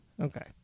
Okay